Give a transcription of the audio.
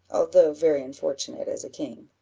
although very unfortunate as a king.